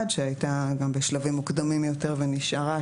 שהייתה גם בשלבים מוקדמים יותר ונשארה,